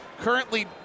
currently